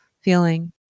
feeling